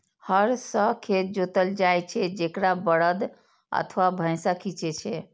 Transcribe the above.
हर सं खेत जोतल जाइ छै, जेकरा बरद अथवा भैंसा खींचै छै